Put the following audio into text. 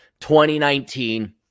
2019